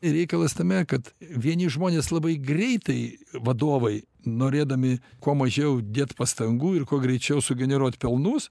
reikalas tame kad vieni žmonės labai greitai vadovai norėdami kuo mažiau dėt pastangų ir kuo greičiau sugeneruot pelnus